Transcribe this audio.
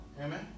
Amen